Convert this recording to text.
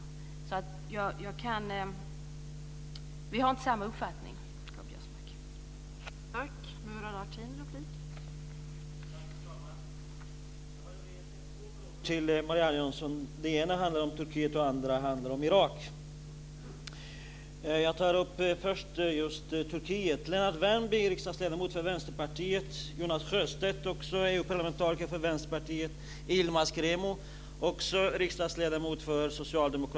Vi har inte samma uppfattning, K-G Biörsmark.